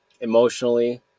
emotionally